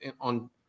on